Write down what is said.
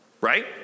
Right